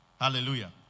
Hallelujah